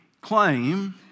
claim